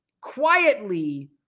quietly